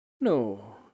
No